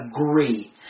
agree